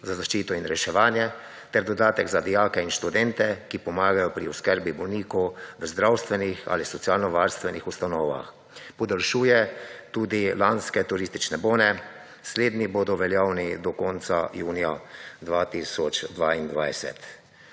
za zaščito in reševanje ter dodatek za dijake in študente, ki pomagajo pri oskrbi bolnikov v zdravstvenih ali socialnovarstvenih ustanovah. Podaljšuje tudi lanske turistične bone. Slednji bodo veljavni do konca junija 2022.